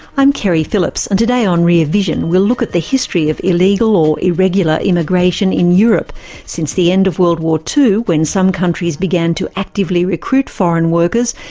i'm keri phillips and today on rear vision, we'll look at the history of illegal or irregular immigration in europe since the end of world war ii when some countries began to actively recruit foreign workers,